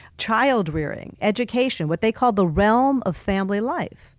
child-rearing, education, what they call the realm of family life.